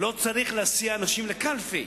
לא צריך להסיע אנשים לקלפי.